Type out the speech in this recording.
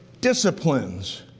disciplines